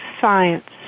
science